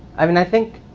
i mean, i think